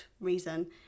reason